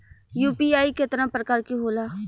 UPI केतना प्रकार के होला?